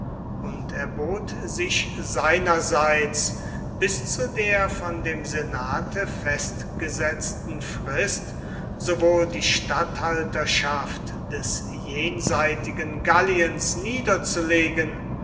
und erbot sich seinerseits bis zu der von dem senate festgesetzten frist sowohl die statthalterschaft des jenseitigen galliens niederzulegen